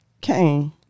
Kane